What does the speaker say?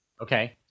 Okay